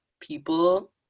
people